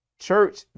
Church